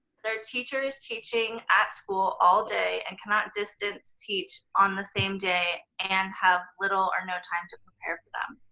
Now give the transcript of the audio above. their teacher is teaching at school all day and cannot distance teach on the same day and have little or no time to prepare for them.